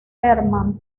hermann